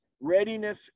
Readiness